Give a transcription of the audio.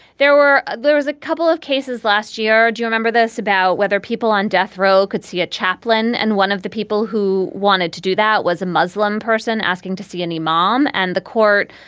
there were there was a couple of cases last year. do you remember this about whether people on death row could see a chaplain? and one of the people who wanted to do that was a muslim person asking to see any mom. and the court,